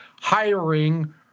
hiring